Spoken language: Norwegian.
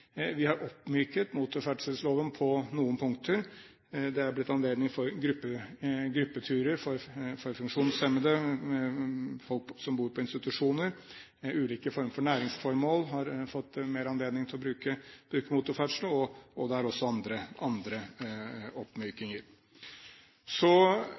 Vi har oppmyket motorferdselsloven på noen punkter. Det er blitt anledning til gruppeturer for funksjonshemmede, folk som bor på institusjoner. Ulike former for næringsformål har fått mer anledning til å drive motorisert ferdsel, og det er også andre